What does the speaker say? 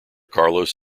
carlos